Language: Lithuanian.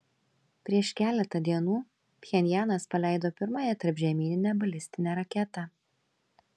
prieš keletą dienų pchenjanas paleido pirmąją tarpžemyninę balistinę raketą